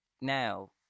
now